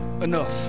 enough